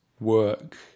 work